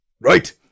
Right